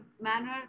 manner